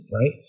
right